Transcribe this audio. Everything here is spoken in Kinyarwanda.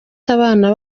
abana